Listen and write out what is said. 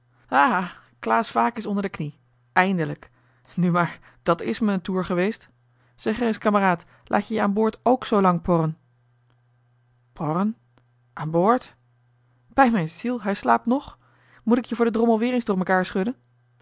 klaas vaak is onder de knie eindelijk nu maar dat is me een toer geweest zeg ereis kameraad laat je je aan boord ook zoo lang porren porren aan boord joh h been paddeltje de scheepsjongen van michiel de ruijter bij m'n ziel hij slaapt nog moet ik je voor den drommel weer eens door mekaar schudden